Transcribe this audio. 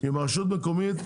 עם הרשות המקומית,